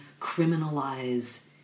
criminalize